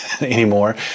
anymore